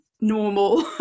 normal